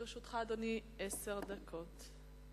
לרשותך, אדוני, עשר דקות.